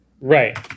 Right